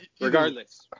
regardless